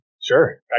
Sure